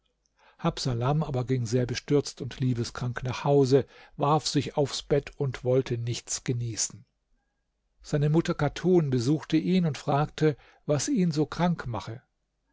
habsalam aber ging sehr bestürzt und liebeskrank nach hause warf sich aufs bett und wollte nichts genießen seine mutter chatun besuchte ihn und fragte was ihn so krank mache